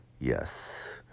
yes